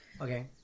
Okay